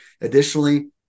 Additionally